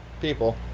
people